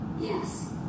Yes